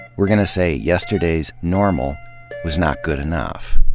we're gonna say yesterday's normal was not good enough.